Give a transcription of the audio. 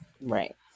Right